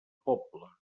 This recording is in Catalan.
poble